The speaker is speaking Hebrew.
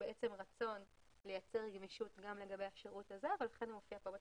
בעצם רצון לייצר גמישות גם לגבי השירות הזה ולכן זה מופיע כאן בתוספת.